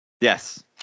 yes